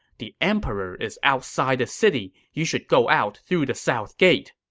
the emperor is outside the city. you should go out through the south gate.